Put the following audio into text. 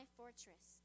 fortress